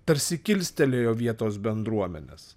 tarsi kilstelėjo vietos bendruomenes